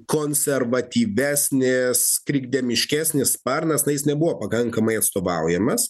konservatyvesnės trigdemiškesnis sparnas na jis nebuvo pakankamai atstovaujamas